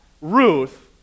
Ruth